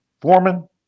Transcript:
Foreman